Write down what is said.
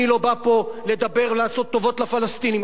אני לא בא פה לדבר ולעשות טובות לפלסטינים.